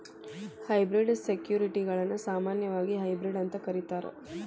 hybrid ಸೆಕ್ಯುರಿಟಿಗಳನ್ನ ಸಾಮಾನ್ಯವಾಗಿ hybrid ಅಂತ ಕರೇತಾರ